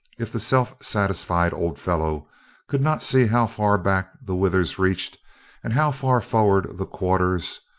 if the self-satisfied old fellow could not see how far back the withers reached and how far forward the quarters,